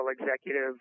executive